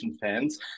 fans